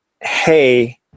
Hey